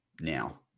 now